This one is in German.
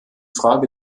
frage